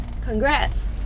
Congrats